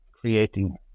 creating